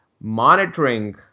Monitoring